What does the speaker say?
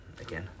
again